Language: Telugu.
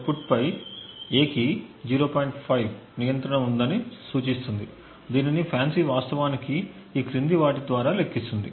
5 నియంత్రణ ఉందని సూచిస్తుంది దీనిని FANCI వాస్తవానికి ఈ క్రింది వాటి ద్వారా లెక్కిస్తుంది